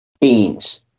Beans